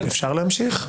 אפשר להמשיך?